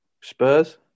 Spurs